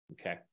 okay